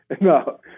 No